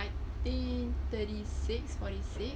I think thirty six forty six